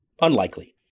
Unlikely